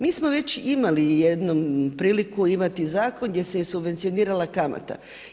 Mi smo već imali jednom priliku imati zakon gdje se je subvencionirala kamata.